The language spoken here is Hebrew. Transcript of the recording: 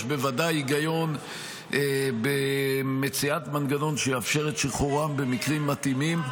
יש בוודאי היגיון במציאת מנגנון שיאפשר את שחרורם במקרים מתאימים.